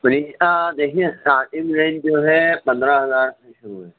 fridge کا دیکھیے starting range جو ہے پندرہ ہزار سے شروع ہے